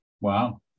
Wow